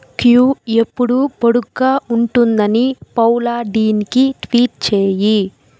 queue ఎప్పుడు పొడుగ్గా ఉంటుందని పౌలా డీన్కి ట్వీట్ చెయ్యి